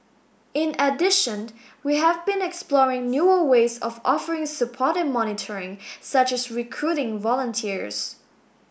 in addition we have been exploring newer ways of offering support and monitoring such as recruiting volunteers